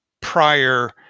prior